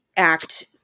act